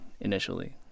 initially